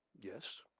Yes